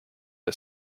her